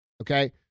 Okay